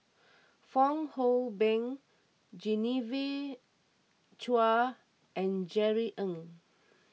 Fong Hoe Beng Genevieve Chua and Jerry Ng